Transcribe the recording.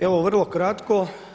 Evo vrlo kratko.